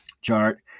chart